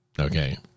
Okay